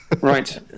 right